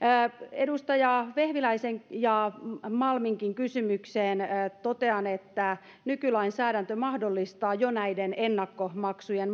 edustaja vehviläisen ja malminkin kysymykseen totean että nykylainsäädäntö mahdollistaa jo näiden ennakkomaksujen